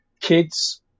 kids